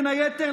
בין היתר,